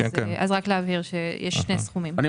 רק להבהיר שיש שני סכומים.